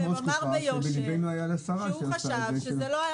חבר הכנסת מקלב אמר ביושר שהוא חשב שזה לא היה